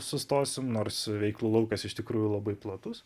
sustosim nors veiklų laukas iš tikrųjų labai platus